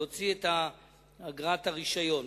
להוציא את אגרת הרשיון.